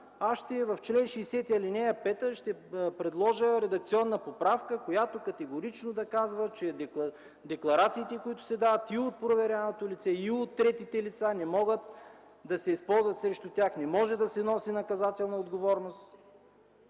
в чл. 60, ал. 5 аз ще предложа редакционна поправка, която категорично да казва, че декларациите, които се дават от проверяваното лице и от третите лица, не могат да се използват срещу тях, не може да се носи наказателна отговорност,